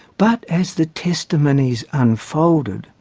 but, as the testimonies unfolded,